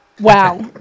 wow